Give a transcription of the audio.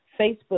Facebook